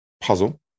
puzzle